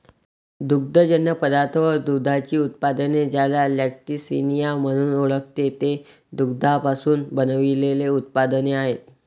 दुग्धजन्य पदार्थ व दुधाची उत्पादने, ज्याला लॅक्टिसिनिया म्हणून ओळखते, ते दुधापासून बनविलेले उत्पादने आहेत